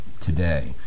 today